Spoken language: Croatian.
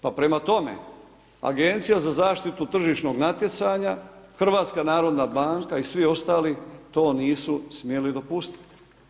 Pa prema tome, Agencija za zaštitu tržišnog natjecanja, HNB i svi ostali to nisu smjeli dopustiti.